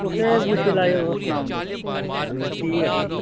कुसै गी पुच्छी लैएओ उन्नै सनाई ओड़ना